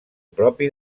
propi